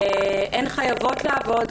הן חייבות לעבוד,